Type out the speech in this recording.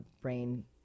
brain